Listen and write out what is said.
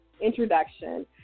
introduction